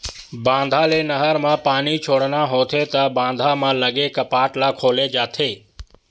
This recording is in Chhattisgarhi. बांधा ले नहर म पानी छोड़ना होथे त बांधा म लगे कपाट ल खोले जाथे